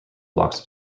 blocks